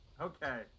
Okay